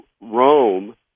Rome